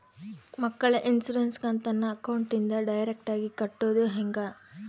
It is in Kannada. ಮಕ್ಕಳ ಇನ್ಸುರೆನ್ಸ್ ಕಂತನ್ನ ಅಕೌಂಟಿಂದ ಡೈರೆಕ್ಟಾಗಿ ಕಟ್ಟೋದು ಹೆಂಗ?